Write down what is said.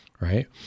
right